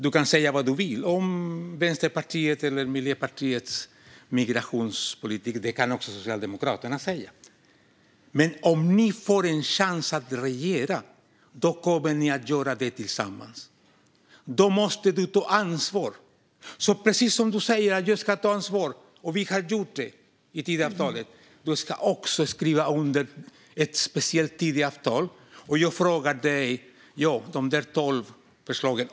Du kan säga vad du vill om Vänsterpartiets eller Miljöpartiets migrationspolitik. Det kan också Socialdemokraterna säga. Men om ni får en chans att regera kommer ni att göra det tillsammans. Då måste du ta ansvar. Du säger att jag ska ta ansvar. Vi har gjort det i Tidöavtalet. Du ska också skriva under ett speciellt Tidöavtal. Jag frågar dig om de tolv förslagen.